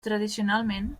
tradicionalment